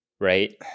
right